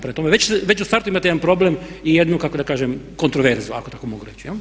Prema tome, već u startu imate jedan problem i jednu kako da kažem kontroverzu, ako tako mogu reći.